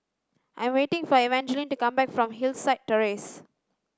I am waiting for Evangeline to come back from Hillside Terrace